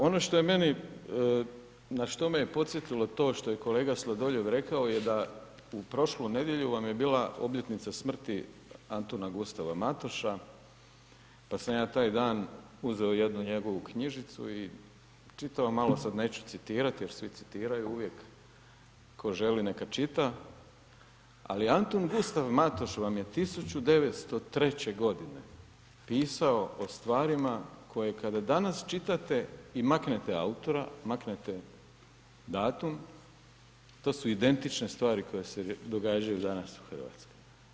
Ono što je meni na što me je podsjetilo to što kolega Sladoljev rekao da u prošlu nedjelju vam je bila obljetnica smrti Antuna Gustava Matoša, pa sam ja taj dan, uzeo jednu njegovu knjižicu i čitao, malo, sada neću citirati, jer svi citiraju uvijek, tko želi neka čita, ali Antun Gustav Matoš vam je 1903. g. pisao o stvarima koje kada danas čitate i maknete autora, maknete datum, to su identične stvari koje se događaju danas u Hrvatskoj.